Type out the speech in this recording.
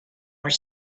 were